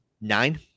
nine